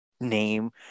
name